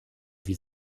wie